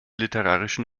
literarischen